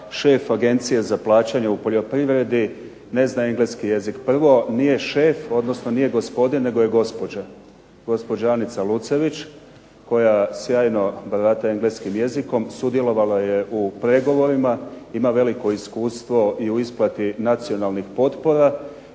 šef Agencije za plaćanje u poljoprivredi ne zna engleski jezik. Prvo, nije šef odnosno nije gospodin nego je gospođa, gospođa Anica Lucević koja sjajno barata engleskim jezikom, sudjelovala je u pregovorima, ima veliko iskustvo i u isplati nacionalnih potpora.